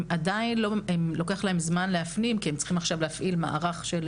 עדיין לוקח להם זמן להפנים כי הם צריכים להפעיל עכשיו מערך,